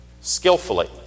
skillfully